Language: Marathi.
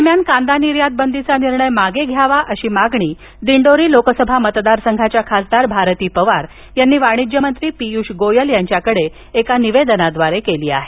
दरम्यान कांदा निर्यात बंदीचा निर्णय मागे घ्यावा अशी मागणी दिंडोरी लोकसभा मतदारसंघाच्या खासदार भारती पवार यांनी वाणिज्य मंत्री पियुष गोयल यांच्याकडे एका निवेदनाद्वारे केली आहे